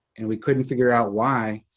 and we couldn't figure out why.